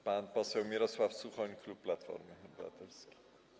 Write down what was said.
Pan poseł Mirosław Suchoń, klub Platformy Obywatelskiej.